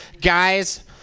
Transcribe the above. guys